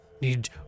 need